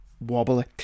wobbly